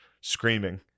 screaming